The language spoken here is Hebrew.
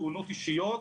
תאונות אישיות.